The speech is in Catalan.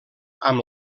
amb